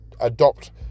adopt